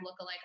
lookalike